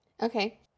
Okay